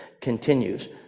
continues